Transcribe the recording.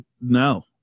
no